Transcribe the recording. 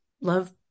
love